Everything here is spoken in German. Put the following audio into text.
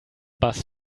bass